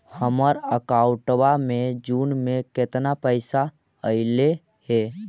हमर अकाउँटवा मे जून में केतना पैसा अईले हे?